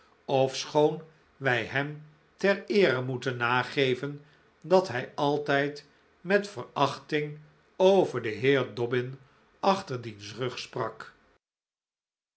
ofschoon wij hem ter eere moeten nageven dat hij altijd met verachting over den heer dobbin achter diens rug